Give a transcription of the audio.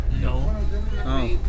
No